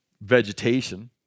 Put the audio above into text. vegetation